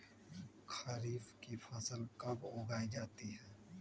खरीफ की फसल कब उगाई जाती है?